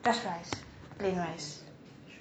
just rice plain rice